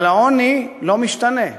אבל העוני לא משתנה.